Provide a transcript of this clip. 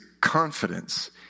confidence